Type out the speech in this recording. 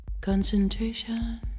Concentration